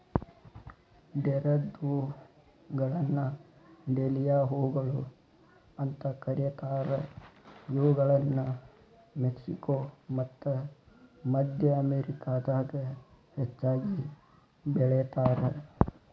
ಡೇರೆದ್ಹೂಗಳನ್ನ dahlia ಹೂಗಳು ಅಂತ ಕರೇತಾರ, ಇವುಗಳನ್ನ ಮೆಕ್ಸಿಕೋ ಮತ್ತ ಮದ್ಯ ಅಮೇರಿಕಾದಾಗ ಹೆಚ್ಚಾಗಿ ಬೆಳೇತಾರ